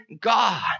God